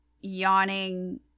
yawning